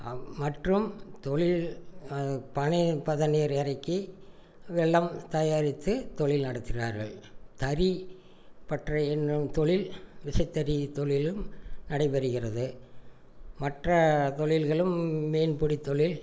மற்றும் தொழில் பனை பதனீர் இறக்கி வெல்லம் தயாரித்து தொழில் நடத்தினார்கள் தறி பட்டறை என்னும் தொழில் விசை தறி தொழிலும் நடைபெறுகிறது மற்ற தொழில்களும் மீன் பிடி தொழில்